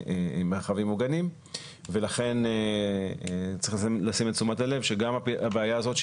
מרחבים מוגנים ולכן צריך לשים את תשומת הלב שגם הבעיה הזאת,